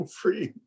free